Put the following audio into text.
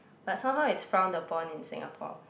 but somehow is frown upon in Singapore